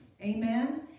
amen